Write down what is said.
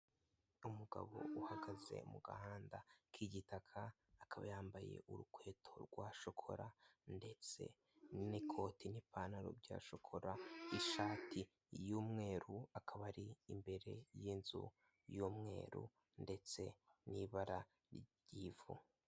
Umugabo uhagaze mu gahanda k'igitaka akaba yambaye urukweto rwa shokora ndetse n'ikoti n'ipantaro bya shokora, ishati y'umweru akaba ari imbere y'inzu y'umweru ndetse n'ibara ry'ivu.